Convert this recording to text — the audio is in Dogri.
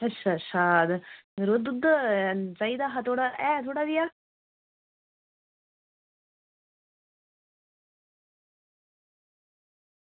अच्छा अच्छा यरो दुद्ध चाहिदा हा ऐ थोह्ड़ा जेहा